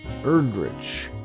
Erdrich